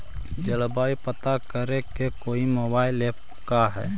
जलवायु पता करे के कोइ मोबाईल ऐप है का?